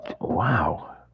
wow